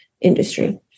industry